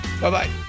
Bye-bye